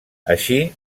així